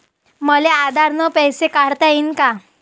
मले आधार न पैसे काढता येईन का?